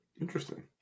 Interesting